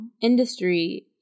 industry